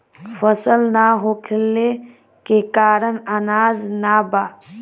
फसल ना होखले के कारण अनाज ना बा